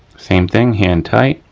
same thing, hand tight,